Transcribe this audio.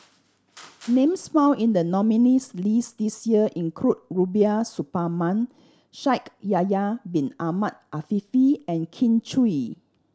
names found in the nominees' list this year include Rubiah Suparman Shaikh Yahya Bin Ahmed Afifi and Kin Chui